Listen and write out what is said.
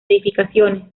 edificaciones